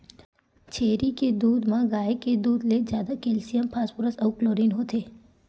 छेरी के दूद म गाय के दूद ले जादा केल्सियम, फास्फोरस अउ क्लोरीन होथे